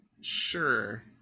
Sure